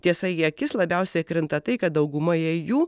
tiesa į akis labiausiai krinta tai kad daugumoje jų